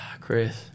Chris